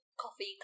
coffee